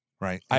Right